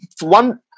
one